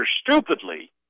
stupidly